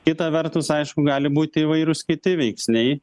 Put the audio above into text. kita vertus aišku gali būti įvairūs kiti veiksniai